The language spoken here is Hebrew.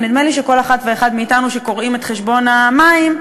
ונדמה לי שכל אחת ואחד מאתנו שקוראים את חשבון המים,